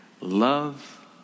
love